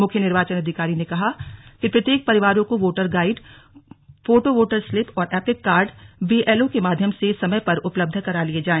मुख्य निर्वाचन अधिकारी ने कहा कि प्रत्येक परिवारों को voter guide photo voter slip और EPIC card B L O के माध्यम से समय पर उपलबध करा लिये जाए